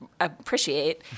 appreciate